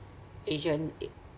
agent a~